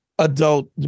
adult